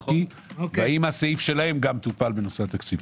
האם הסעיף שלהם גם טופל בנושא התקציב?